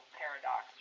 paradox